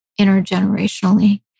intergenerationally